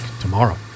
tomorrow